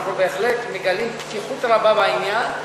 אנחנו בהחלט מגלים פתיחות רבה בעניין.